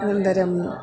अनन्तरं